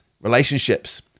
relationships